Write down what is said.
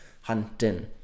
hunting